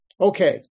Okay